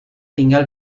tinggal